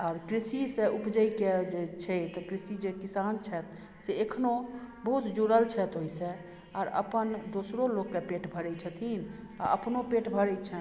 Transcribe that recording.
आओर कृषिसँ उपजयके जे छै तऽ कृषि जे किसान छथि से एखनो बहुत जुड़ल छथि ओइसँ आओर अपन दोसरो लोकके पेट भरय छथिन अपनो पेट भरय छन्हि